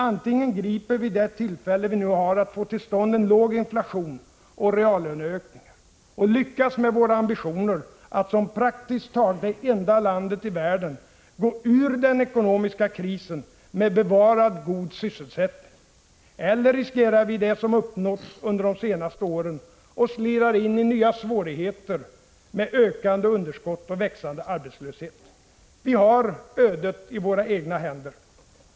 Antingen griper vi det tillfälle vi nu har att få till stånd en låg inflation och reallöneökningar och lyckas med våra ambitioner att som praktiskt taget det enda landet i världen gå ur den ekonomiska krisen med bevarad god sysselsättning, eller riskerar vi det som uppnåtts under de senaste åren och slirar in i nya svårigheter med ökande underskott och växande arbetslöshet. Vi har ödet i våra egna händer.